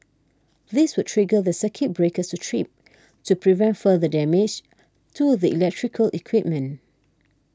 this would trigger the circuit breakers to trip to prevent further damage to the electrical equipment